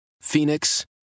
Phoenix